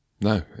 no